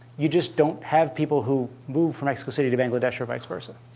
you just don't have people who move from mexico city to bangladesh or vice versa.